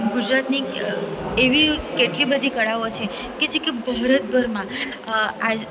ગુજરાતી એટલી બધી કળાઓ છે કે જે ભારતભરમાં આજ આજના સમયમાં